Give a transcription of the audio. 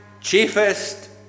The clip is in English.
chiefest